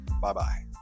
Bye-bye